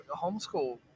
homeschool